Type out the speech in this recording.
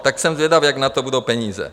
Tak jsem zvědav, jak na to budou peníze.